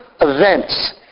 events